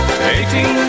eighteen